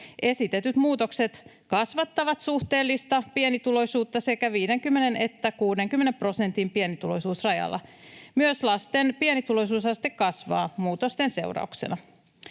Esitetyt muutokset kasvattavat suhteellista pienituloisuutta sekä 50 että 60 prosentin pienituloisuusrajalla. Myös lasten pienituloisuusaste kasvaa muutosten seurauksena.